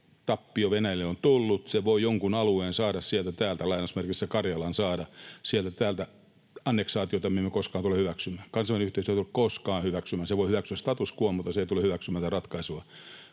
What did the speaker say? tappio Venäjälle on tullut. Se voi jonkun alueen — ”Karjalan” — saada sieltä täältä, mutta anneksaatiota me emme koskaan tule hyväksymään. Kansainvälinen yhteisö ei tule koskaan sitä hyväksymään. Se voi hyväksyä status quon, mutta se ei tule hyväksymään sitä ratkaisua.